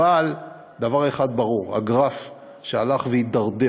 אבל דבר אחד ברור: הגרף שהלך והידרדר